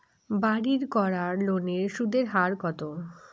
বাড়ির করার লোনের সুদের হার কত?